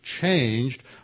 changed